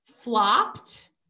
flopped